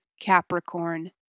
Capricorn